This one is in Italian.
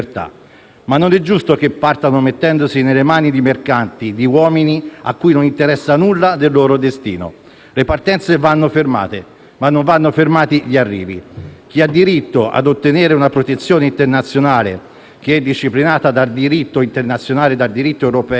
tuttavia, che partano mettendosi nelle mani di mercanti di uomini a cui non interessa nulla del loro destino. Le partenze vanno fermate, ma non vanno fermati gli arrivi. Chi ha diritto a ottenere una protezione internazionale, che è disciplinata dal diritto internazionale e dal diritto europeo,